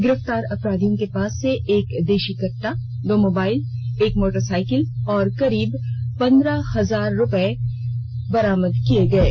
गिरफ्तार अपराधियों के पास से एक देषी कट्टा दो मोबाइल एक मोटरसाईकिल और करीब पंद्रह हजार रुपये नगर बरामद किये गये